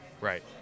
Right